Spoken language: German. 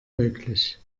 möglich